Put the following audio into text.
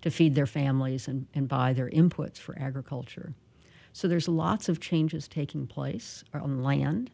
to feed their families and buy their inputs for agriculture so there's lots of changes taking place on land